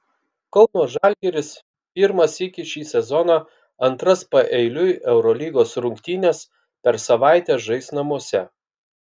kauno žalgiris pirmą sykį šį sezoną antras paeiliui eurolygos rungtynes per savaitę žais namuose